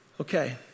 Okay